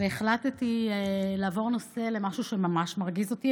והחלטתי לעבור נושא למשהו שממש מרגיז אותי.